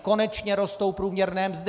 Konečně rostou průměrné mzdy.